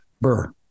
Burr